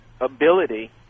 ability